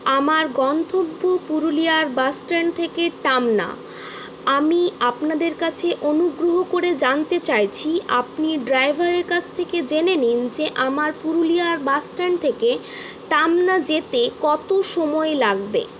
আমার গন্তব্য পুরুলিয়ার বাসস্ট্যান্ড থেকে টামনা আমি আপনাদের কাছে অনুগ্রহ করে জানতে চাইছি আপনি ড্রাইভারের কাছ থেকে জেনে নিন যে আমার পুরুলিয়ার বাসস্ট্যান্ড থেকে টামনা যেতে কত সময় লাগবে